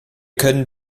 können